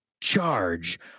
charge